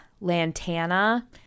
lantana